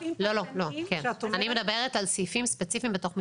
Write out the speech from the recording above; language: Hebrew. אני מדברת על סעיפים ספציפיים בתוך מפרט.